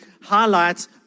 highlights